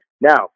Now